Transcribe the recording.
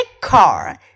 car